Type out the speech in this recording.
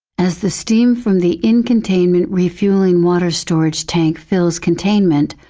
as the steam from the in-containment refueling water storage tank fills containment,